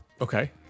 Okay